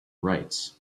rights